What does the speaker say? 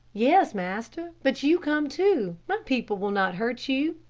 yes, master, but you come too, my people will not hurt you.